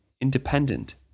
independent